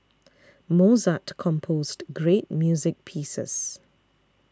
Mozart composed great music pieces